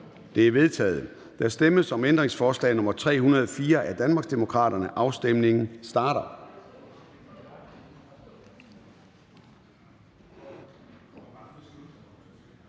Det er vedtaget. Der stemmes om ændringsforslag nr. 308 af Danmarksdemokraterne. Afstemningen starter.